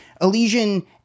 Elysian